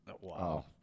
Wow